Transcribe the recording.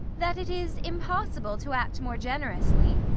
that it is impossible to act more generously?